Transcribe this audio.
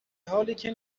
حالیکه